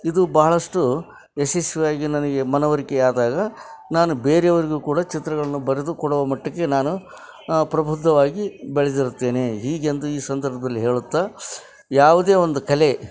ಇದು ಬಹಳಷ್ಟು ಯಶಸ್ವಿಯಾಗಿ ನನಗೆ ಮನವರಿಕೆ ಆದಾಗ ನಾನು ಬೇರೆಯವರಿಗೂ ಕೂಡ ಚಿತ್ರಗಳನ್ನು ಬರೆದು ಕೊಡುವ ಮಟ್ಟಕ್ಕೆ ನಾನು ಪ್ರಬುದ್ಧವಾಗಿ ಬೆಳೆದಿರುತ್ತೇನೆ ಹೀಗೆಂದು ಈ ಸಂದರ್ಭದಲ್ಲಿ ಹೇಳುತ್ತಾ ಯಾವುದೇ ಒಂದು ಕಲೆ